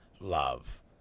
love